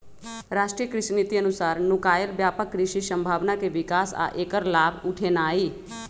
राष्ट्रीय कृषि नीति अनुसार नुकायल व्यापक कृषि संभावना के विकास आ ऐकर लाभ उठेनाई